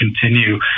continue